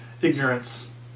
ignorance